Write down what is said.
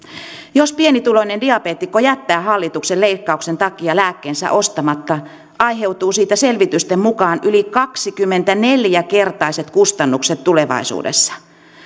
jos pienituloinen diabeetikko jättää hallituksen leikkausten takia lääkkeensä ostamatta aiheutuu siitä selvitysten mukaan yli kaksikymmentäneljä kertaiset kustannukset tulevaisuudessa